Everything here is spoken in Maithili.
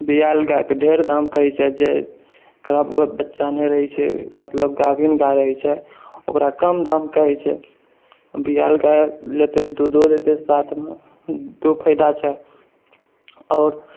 बिआइल गायके ढ़ेर दाम कहै छै जकरा बच्चा नहि रहै छै मतलब गाभिन गाय रहै छै ओकरा कम दाम कहै छै बियायल गाय लेतै तऽ दुधो देतै साथमे दू फायदा छै आओर